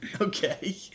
okay